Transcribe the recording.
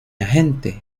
agente